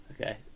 Okay